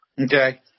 Okay